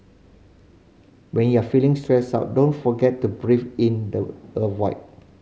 when you are feeling stressed out don't forget to breathe in the a void